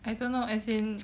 I don't know as in